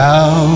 Now